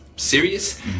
serious